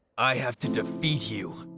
i have to defeat you.